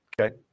Okay